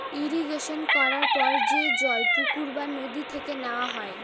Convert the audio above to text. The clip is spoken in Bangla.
ইরিগেশন করার সময় যে জল পুকুর বা নদী থেকে নেওয়া হয়